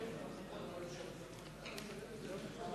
מצביע